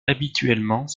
habituellement